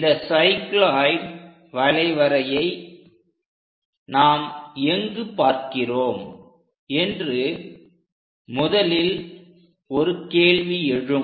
இந்த சைக்ளோயிட் வளைவரையை நாம் எங்கு பார்க்கிறோம் என்று முதலில் ஒரு கேள்வி எழும்